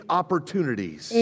opportunities